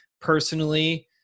personally